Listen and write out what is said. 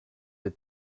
des